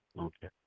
Okay